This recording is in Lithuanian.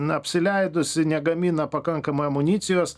na apsileidusi negamina pakankamai amunicijos